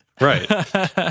Right